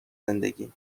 زندگی